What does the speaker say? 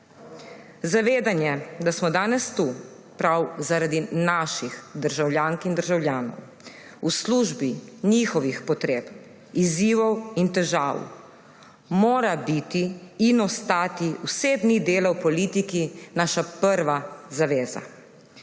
Zavedanje, da smo danes tu prav zaradi naših državljank in državljanov, v službi njihovih potreb, izzivov in težav, mora biti in ostati vse dni dela v politiki naša prva zaveza.